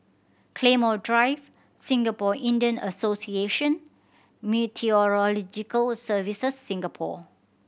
Claymore Drive Singapore Indian Association Meteorological Services Singapore